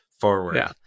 forward